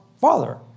Father